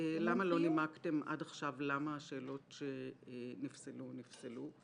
למה לא נימקתם עד עכשיו למה השאלות שנפסלו נפסלו,